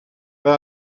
but